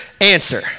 answer